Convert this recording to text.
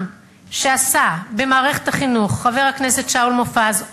שעשה במערכת החינוך חבר הכנסת שאול מופז,